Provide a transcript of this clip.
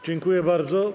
Dziękuję bardzo.